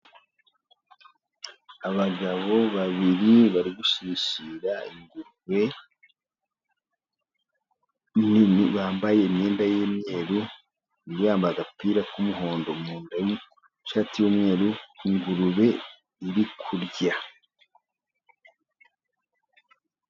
Abagabo babiri bari gushishira ingurube nini, bambaye imyenda y'imyeru, undi yambaye agapira k'umuhondo, mu nda shati y'umweru, ingurube iri kurya.